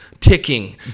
ticking